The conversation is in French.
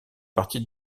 partie